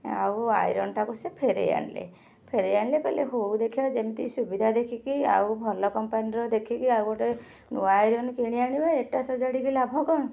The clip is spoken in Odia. ଆଉ ଆଇରନ୍ଟାକୁ ସେ ଫେରାଇ ଆଣିଲେ ଫେରାଇ ଆଣିଲେ କହିଲେ ହଉ ଦେଖିବା ଯେମିତି ସୁବିଧା ଦେଖିକି ଆଉ ଭଲ କମ୍ପାନୀର ଦେଖିକି ଆଉ ଗୋଟେ ନୂଆ ଆଇରନ୍ କିଣି ଆଣିବା ଏଟା ସଜାଡ଼ିକି ଲାଭ କ'ଣ